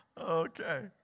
Okay